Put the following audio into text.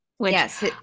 Yes